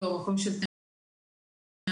המקום של תנאי עבודה,